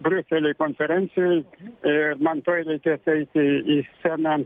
briusely konferencijoj ir man tuoj reikės eiti į sceną